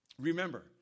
Remember